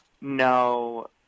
no